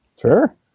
sure